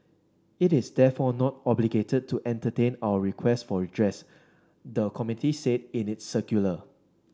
it is therefore not obligated to entertain our requests for redress the committee said in its circular